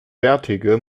bärtige